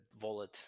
wallet